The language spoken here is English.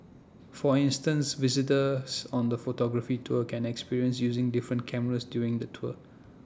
for instance visitors on the photography tour can experience using different cameras during the tour